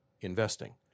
investing